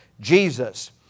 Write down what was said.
Jesus